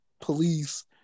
police